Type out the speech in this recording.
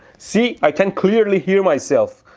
see i can clearly hear myself.